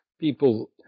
people